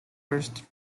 first